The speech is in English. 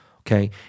okay